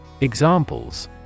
Examples